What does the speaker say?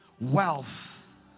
wealth